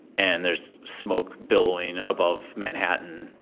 and there's smoke billowing above manhattan,